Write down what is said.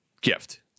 gift